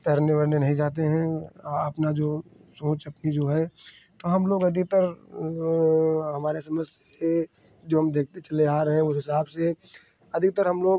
तैरने वैरने नहीं जाते हैं अपना जो सोच अपनी जो है और हम लोग अधिकतर वो हमारा समझ से जो हम देखते चले आ रहे हैं उस हिसाब से अधिकतर हम लोग